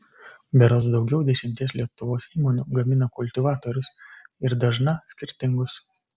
berods daugiau dešimties lietuvos įmonių gamina kultivatorius ir dažna skirtingus